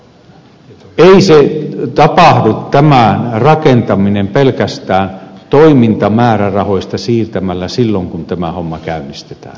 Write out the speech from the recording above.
ei tämän rakentaminen tapahdu pelkästään toimintamäärärahoista siirtämällä silloin kun tämä homma käynnistetään